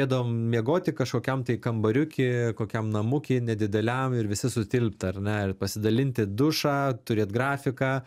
eidavom miegoti kažkokiam tai kambariuky kokiam namuky nedideliam ir visi sutilpti ar ne pasidalinti dušą turėt grafiką